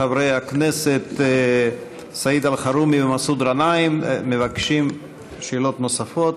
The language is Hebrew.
חברי הכנסת סעיד אלחרומי ומסעוד גנאים מבקשים שאלות נוספות,